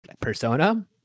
Persona